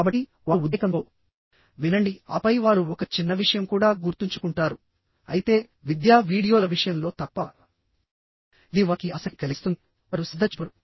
కాబట్టి వారు ఉద్రేకంతో వినండిఆపై వారు ఒక చిన్న విషయం కూడా గుర్తుంచుకుంటారు అయితే విద్యా వీడియోల విషయంలో తప్ప ఇది వారికి ఆసక్తి కలిగిస్తుంది వారు శ్రద్ధ చూపరు